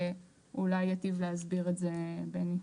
ואולי יטיב להסביר את זה בני.